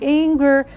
anger